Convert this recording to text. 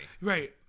Right